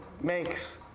makes